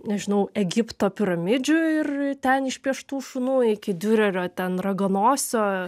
nežinau egipto piramidžių ir ten išpieštų šunų iki diurerio ten raganosio